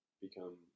become